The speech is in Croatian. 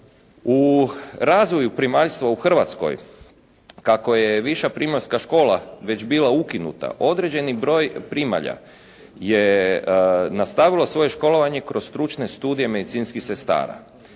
U razvoju primaljstva u Hrvatskoj kako je viša primaljska škola već bila ukinuta određeni broj primalja je nastavilo svoje školovanje kroz stručne studije medicinskih sestara.